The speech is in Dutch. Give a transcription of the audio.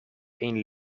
een